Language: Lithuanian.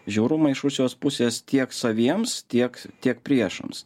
žiaurumą iš rusijos pusės tiek saviems tiek tiek priešams